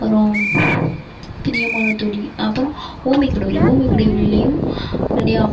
அப்புறம் பிரியமான தோழி அப்புறோம் ஓ மை கடவுளே ஓ மை கடவுள்லையும் நிறையா